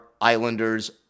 Islanders